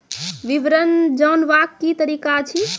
विवरण जानवाक की तरीका अछि?